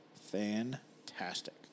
fantastic